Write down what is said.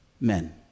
men